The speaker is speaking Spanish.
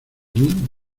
muy